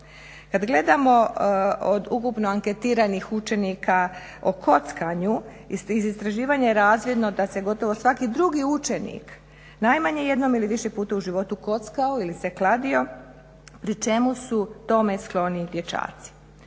Kada gledamo od ukupno anketiranih učenika o kockanju iz istraživanja je razvidno da se gotovo svaki drugi učenik najmanje jednom ili više puta u životu kockao ili se kladio, pri čemu su tome skloni dječaci.